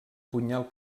punyal